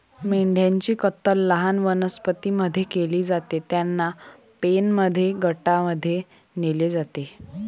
मेंढ्यांची कत्तल लहान वनस्पतीं मध्ये केली जाते, त्यांना पेनमध्ये गटांमध्ये नेले जाते